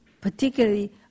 particularly